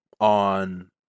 on